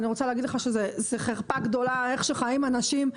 אני רוצה להגיד לך שזאת חרפה גדולה איך שחיים אנשים.